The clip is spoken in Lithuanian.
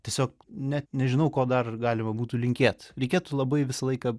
tiesiog net nežinau ko dar galima būtų linkėt reikėtų labai visą laiką